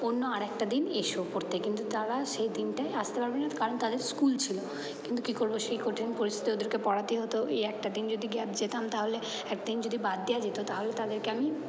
অন্য আরেকটা দিন এসো পড়তে কিন্তু তারা সেই দিনটায় আসতে পারবে না কারণ তাদের স্কুল ছিলো কিন্তু কি করবো সেই কঠিন পরিস্থিতিতে ওদের পড়াতেই হতো ওই একটা দিন যদি গ্যাপ যেতাম তাহলে এক দিন যদি বাদ দেওয়া যেতো তাহলে তাদেরকে আমি